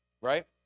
right